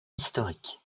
historique